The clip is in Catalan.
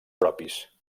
propis